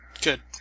Good